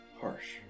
harsh